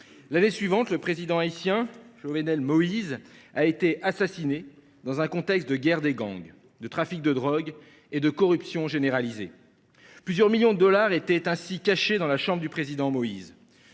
L’année suivante, le président haïtien Jovenel Moïse a été assassiné, dans un contexte de guerre des gangs, de trafic de drogue et de corruption généralisée. Plusieurs millions de dollars étaient ainsi cachés dans la chambre du président Moïse.